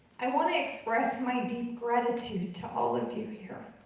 i wanna express my deep gratitude to all of you here.